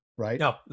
right